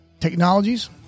technologies